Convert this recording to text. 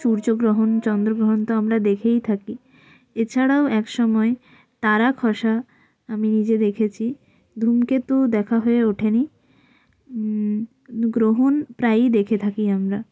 সূর্যগ্রহণ চন্দ্রগ্রহণ তো আমরা দেখেই থাকি এছাড়াও একসময় তারা খসা আমি নিজে দেখেছি ধুমকেতু দেখা হয়ে ওঠেনি গ্রহণ প্রায়ই দেখে থাকি আমরা